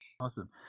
Awesome